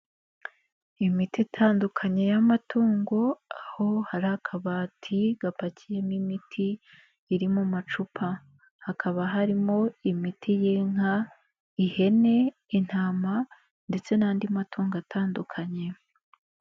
Imiti itandukanye y'amatungo, aho hari akabati gapakiyemo imiti iri mu macupa, hakaba harimo imiti y'inka ihene, intama ndetse n'andi matungo atandukanye.